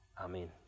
Amen